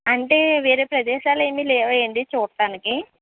అంటే వేరే ప్రదేశాలు ఏమి లేవా అండి చూడ్డానికి